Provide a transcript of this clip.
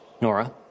Nora